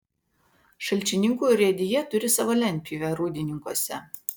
šalčininkų urėdija turi savo lentpjūvę rūdininkuose